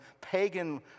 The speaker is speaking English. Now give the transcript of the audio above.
pagan